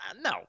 No